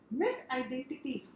misidentity